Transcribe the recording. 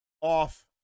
off